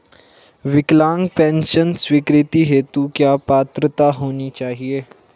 विकलांग पेंशन स्वीकृति हेतु क्या पात्रता होनी चाहिये?